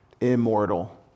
immortal